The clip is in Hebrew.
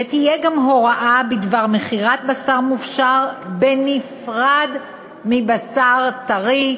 ותהיה גם הוראה בדבר מכירת בשר מופשר בנפרד מבשר טרי,